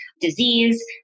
disease